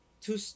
two